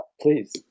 please